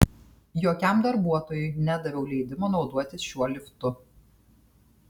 jokiam darbuotojui nedaviau leidimo naudotis šiuo liftu